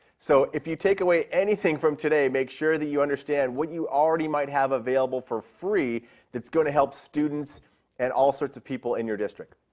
so, if you take away anything from today, make sure that you understand what you already might have available for free that's going to help students and all sorts of people in your district.